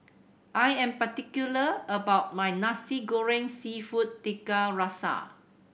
I am particular about my Nasi Goreng Seafood Tiga Rasa